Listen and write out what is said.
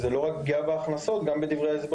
זה לא רק פגיעה בהכנסות: לפי דברי ההסבר